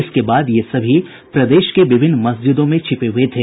इसके बाद ये सभी प्रदेश के विभिन्न मस्जिदों में छिपे हुए थे